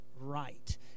right